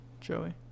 Joey